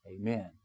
Amen